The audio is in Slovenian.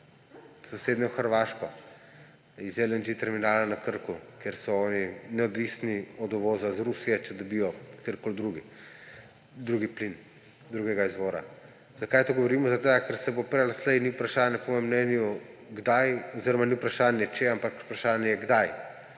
sosednjo Hrvaško, če iz LNG terminala na Krku, ker so oni neodvisni od uvoza iz Rusije, dobijo katerikoli drug plin drugega izvora. Zakaj to govorim? Zaradi tega, ker se bo prej ali slej – ni vprašanje, kdaj oziroma ni vprašanje če, ampak vprašanje je, kdaj